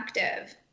active